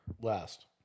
last